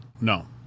No